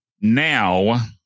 Now